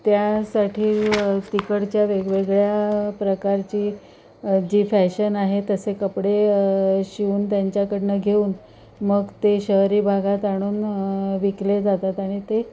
त्यासाठी तिकडच्या वेगवेगळ्या प्रकारची जी फॅशन आहे तसे कपडे शिवून त्यांच्याकडून घेऊन मग ते शहरी भागात आणून विकले जातात आणि ते